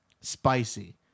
Spicy